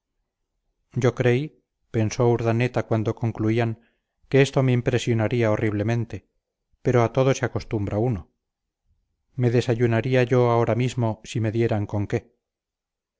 yo creí pensó urdaneta cuando concluían que esto me impresionaría horriblemente pero a todo se acostumbra uno me desayunaría yo ahora mismo si me dieran con qué